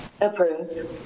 Approve